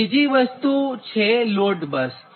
હવે બીજી વસ્તુ છે લોડ બસ